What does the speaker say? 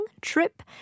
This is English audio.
trip